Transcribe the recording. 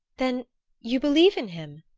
then you believe in him?